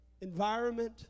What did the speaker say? environment